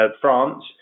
France